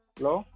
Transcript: Hello